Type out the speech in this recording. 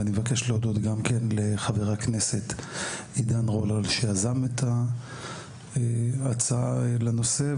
אני מבקש להודות גם לחבר הכנסת עידן רול על שיזם את ההצעה לנושא.